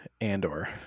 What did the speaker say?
Andor